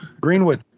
greenwood